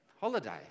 Holiday